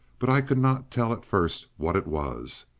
but i could not tell at first what it was.